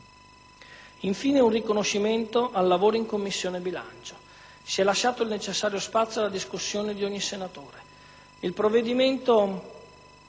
Infine, un riconoscimento al lavoro in Commissione bilancio: si è lasciato il necessario spazio alla discussione di ogni senatore; un provvedimento